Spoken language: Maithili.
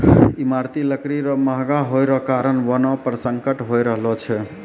ईमारती लकड़ी रो महगा होय रो कारण वनो पर संकट होय रहलो छै